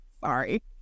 sorry